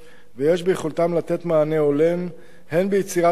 ויש ביכולתם לתת מענה הולם הן ביצירת מקומות